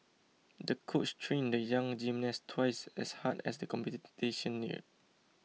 the coach trained the young gymnast twice as hard as the competition neared